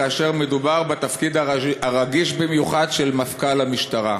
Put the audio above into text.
כאשר מדובר בתפקיד הרגיש במיוחד של מפכ"ל המשטרה.